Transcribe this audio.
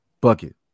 bucket